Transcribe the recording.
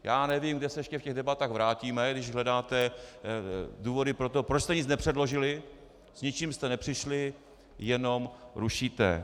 Já nevím, kam se ještě v těch debatách vrátíme, když hledáte důvody pro to, proč jste nic nepředložili, s ničím jste nepřišli, jenom rušíte.